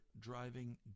driving